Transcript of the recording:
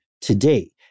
today